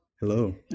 Hello